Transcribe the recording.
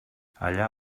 allà